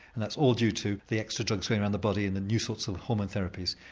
and that's all due to the extra drugs going around the body, and the new sorts of hormone therapies.